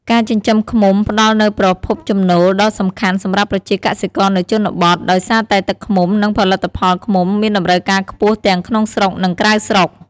ការចិញ្ចឹមឃ្មុំផ្តល់នូវប្រភពចំណូលដ៏សំខាន់សម្រាប់ប្រជាកសិករនៅជនបទ ដោយសារតែទឹកឃ្មុំ និងផលិតផលឃ្មុំមានតម្រូវការខ្ពស់ទាំងក្នុងស្រុក និងក្រៅស្រុក។